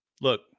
Look